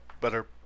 better